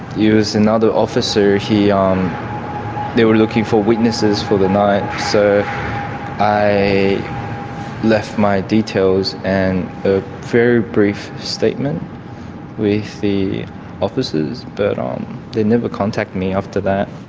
another officer, he, um they were looking for witnesses for the night. so i left my details and a very brief statement with the officers but um they never contacted me after that.